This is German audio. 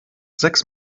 sechs